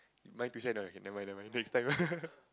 my tuition okay nevermind nevermind next time